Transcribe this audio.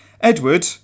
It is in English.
Edward